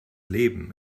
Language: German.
leben